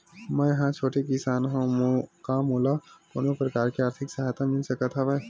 मै ह छोटे किसान हंव का मोला कोनो प्रकार के आर्थिक सहायता मिल सकत हवय?